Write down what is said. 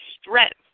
strength